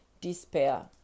despair